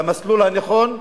למסלול הנכון,